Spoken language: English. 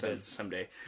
someday